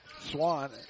Swan